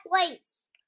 place